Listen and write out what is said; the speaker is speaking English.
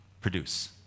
produce